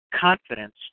confidence